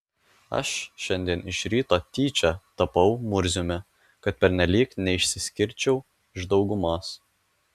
aš šiandien iš ryto tyčia tapau murziumi kad pernelyg neišsiskirčiau iš daugumos